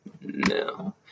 no